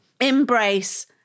embrace